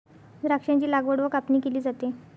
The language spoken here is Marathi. द्राक्षांची लागवड व कापणी केली जाते